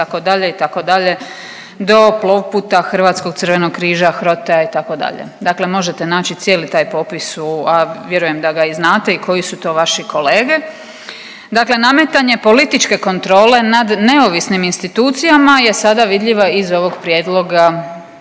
itd., itd. do poput Hrvatskog Crvenog križa, HROTE-a itd., dakle možete naći cijeli taj popis u, a vjerujem da ga i znate i koji su to vaši kolege. Dakle, nametanje političke kontrole nad neovisnim institucijama je sada vidljiva iz ovog prijedloga